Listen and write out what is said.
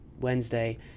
wednesday